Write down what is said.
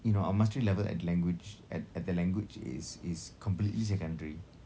you know our mastery level at the language at at the language is is completely secondary